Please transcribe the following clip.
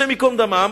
השם ייקום דמם,